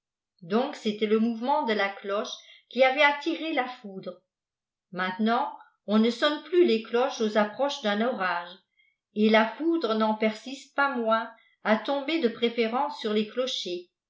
donc c'était le mouvement de la cloche qui avait attiré ta foudre maintenant on ne sonne plus les cloches aux approches d'un orage et la foudre n'en persiste pas moins à tomber de préférence sur les clochers